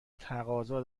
تقاضا